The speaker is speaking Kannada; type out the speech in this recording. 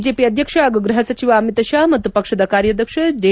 ಬಿಜೆಪಿ ಅಧ್ಯಕ್ಷ ಹಾಗೂ ಗ್ಬಹ ಸಚಿವ ಅಮಿತ್ ಶಾ ಮತ್ತು ಪಕ್ಷದ ಕಾರ್ಯಾಧ್ಯಕ್ಷ ಜೆ